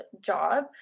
job